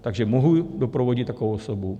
Takže mohu doprovodit takovou osobu?